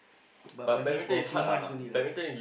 but only for few months only lah